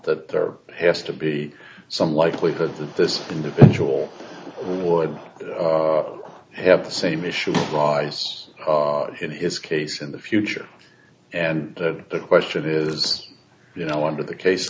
that there has to be some likelihood that this individual would have the same issues arise in his case in the future and the question is you know under the case